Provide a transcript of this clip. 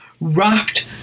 wrapped